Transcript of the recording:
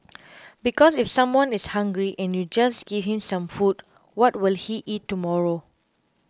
because if someone is hungry and you just give him some food what will he eat tomorrow